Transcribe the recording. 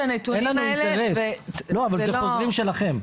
הנתונים האלה וזה לא --- אבל זה חוזרים שלכם.